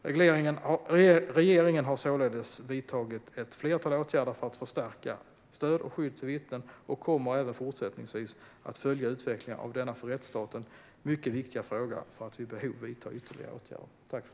Regeringen har således vidtagit ett flertal åtgärder för att förstärka stöd och skydd till vittnen och kommer även fortsättningsvis att följa utvecklingen av denna för rättsstaten mycket viktiga fråga för att vid behov vidta ytterligare åtgärder.